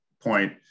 point